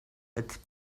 its